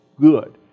good